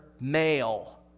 male